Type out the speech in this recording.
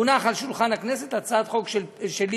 הונחה על השולחן הצעת חוק שלי,